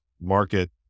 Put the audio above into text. market